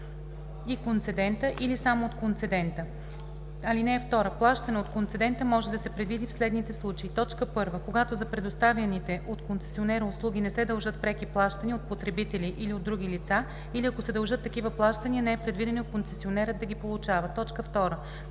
и концедента или само от концедента. (2) Плащане от концедента може да се предвиди в следните случаи: 1. когато за предоставяните от концесионера услуги не се дължат преки плащания от потребители или от други лица или ако се дължат такива плащания – не е предвидено концесионерът да ги получава; 2. когато